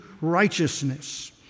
righteousness